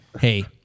hey